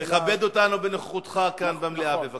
תכבד אותנו בנוכחותך כאן במליאה, בבקשה.